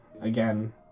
Again